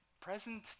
Present